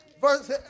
Verse